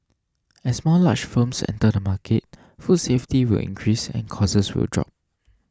as more large firms enter the market food safety will increase and costs will drop